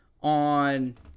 on